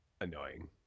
annoying